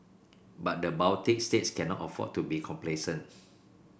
but the Baltic states cannot afford to be complacent